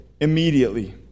immediately